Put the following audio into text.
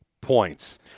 points